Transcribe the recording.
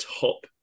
top